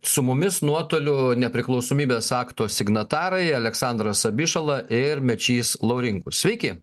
su mumis nuotoliu nepriklausomybės akto signatarai aleksandras abišala ir mečys laurinkus sveiki